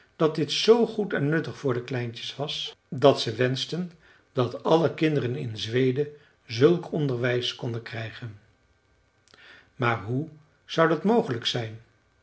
dat dit zoo goed en nuttig voor de kleintjes was dat ze wenschten dat alle kinderen in zweden zulk onderwijs konden krijgen maar hoe zou dat mogelijk zijn